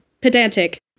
pedantic